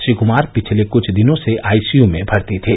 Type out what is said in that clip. श्री कुमार पिछले कुछ दिनों से आई सी यू में भर्ती थे